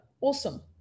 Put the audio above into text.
Awesome